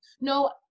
No